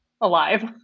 alive